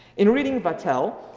in reading vattel,